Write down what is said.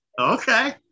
Okay